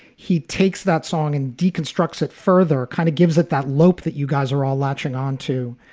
he takes that song and deconstructs it further. kind of gives it that lope that you guys are all latching on to.